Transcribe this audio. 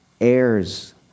heirs